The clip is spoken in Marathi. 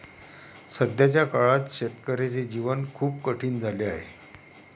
सध्याच्या काळात शेतकऱ्याचे जीवन खूप कठीण झाले आहे